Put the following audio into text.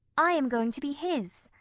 i am going to be his.